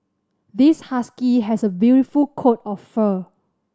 this husky has a beautiful coat of fur